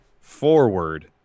forward